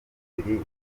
umubiri